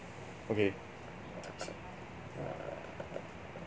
okay